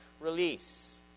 release